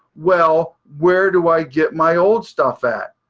well, where do i get my old stuff at?